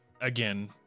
again